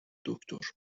دکتر